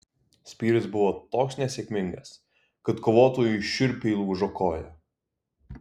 spyris buvo toks nesėkmingas kad kovotojui šiurpiai lūžo koją